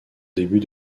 début